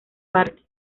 parte